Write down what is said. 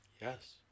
Yes